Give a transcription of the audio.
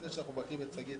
לפני שאנחנו מברכים את שגית,